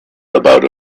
about